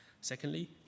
secondly